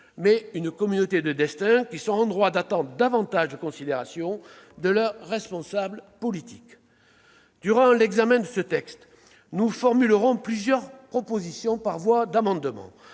C'est une communauté de destin, en droit d'attendre davantage de considération de leurs responsables politiques. Durant l'examen de ce texte, nous formulerons plusieurs propositions par voie d'amendements.